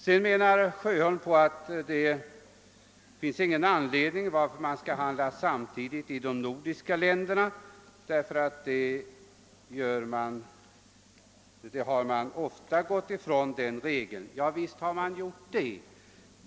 Sedan sade herr Sjöholm att det inte funnes någon anledning att i detta fall handla samtidigt i de nordiska länderna; den regeln hade man ofta gått ifrån. Ja, visst har man gjort det.